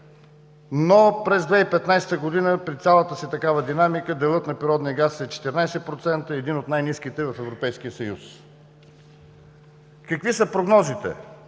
но през 2015 година при цялата си динамика делът на природния газ е 14% и е един от най-ниските в Европейския съюз. Какви са прогнозите?